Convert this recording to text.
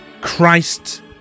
Christ